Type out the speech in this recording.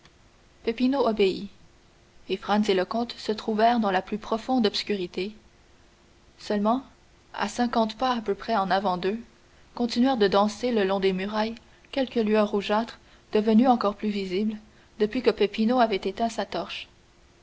obéit et franz et le comte se trouvèrent dans la plus profonde obscurité seulement à cinquante pas à peu près en avant d'eux continuèrent de danser le long des murailles quelques lueurs rougeâtres devenues encore plus visibles depuis que peppino avait éteint sa torche